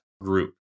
group